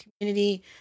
community